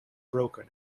broken